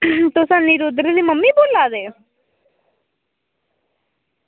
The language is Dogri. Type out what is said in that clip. तुस अनिरुद्ध दी मम्मी बोल्ला दे